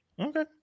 okay